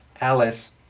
Alice